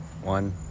One